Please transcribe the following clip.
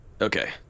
Okay